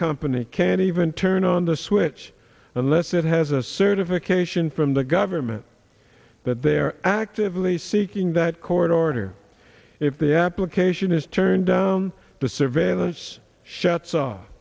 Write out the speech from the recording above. company can't even turn on the switch unless it has a certification from the government that they're actively seeking that court order if the application is turned down the surveillance shuts off